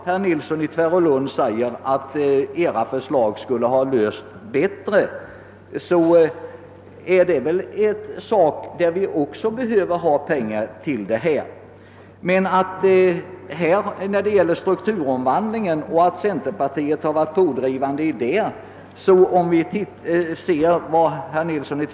Herr Nilsson i Tvärålund sade att dessa problem skulle ha lösts bättre med centerpartiets förslag och att centerpartiet hade varit pådrivande i den frågan.